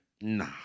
nah